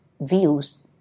views